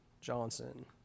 Johnson